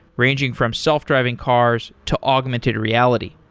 ranging from self-driving cars to augmented reality.